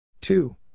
Two